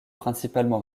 principalement